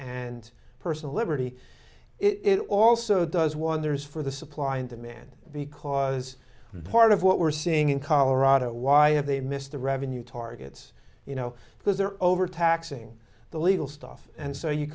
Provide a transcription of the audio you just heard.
and personal liberty it also does wonders for the supply and demand because part of what we're seeing in colorado why have they missed the revenue targets you know because they're over taxing the legal stuff and so you